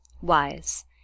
wise